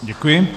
Děkuji.